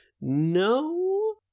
No